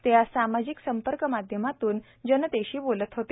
ते आज सामाजिक संपर्क माध्यमातून जनतेशी बोलत होते